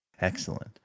Excellent